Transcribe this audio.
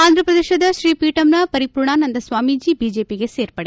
ಆಂಧ್ರ ಪ್ರದೇಶದ ಶ್ರೀಪೀಠಂನ ಪರಿಪೂರ್ಣಾನಂದ ಸ್ವಾಮೀಜಿ ಬಿಜೆಪಿಗೆ ಸೇರ್ಪಡೆ